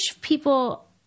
people